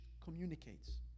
communicates